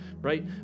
right